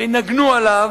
שינגנו עליו,